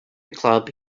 club